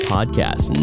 Podcast